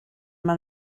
man